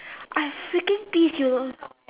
I freaking pissed you know